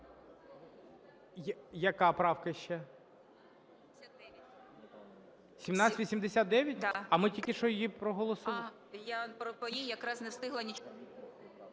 Яка правка ще? 1789? А ми тільки що її проголосували.